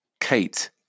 Kate